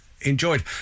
enjoyed